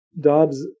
Dobbs